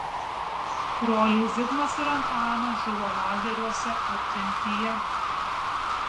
broliai zigmas ir antanas žuvo lageriuose ar tremtyje